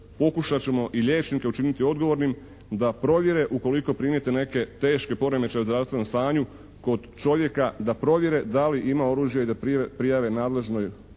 pokušat ćemo i liječnike učiniti odgovornim da provjere ukoliko primijete neke teške poremećaje u zdravstvenom stanju kod čovjeka, da provjere da li ima oružje i da prijave nadležnoj